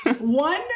one